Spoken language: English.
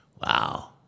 Wow